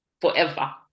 forever